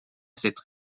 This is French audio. cette